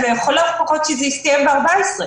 אז לכל הפחות שזה יסתיים ב-14.